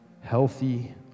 healthy